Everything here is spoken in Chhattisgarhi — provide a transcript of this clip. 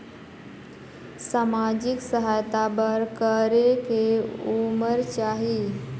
समाजिक सहायता बर करेके उमर चाही?